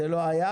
זה לא היה,